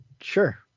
sure